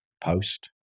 post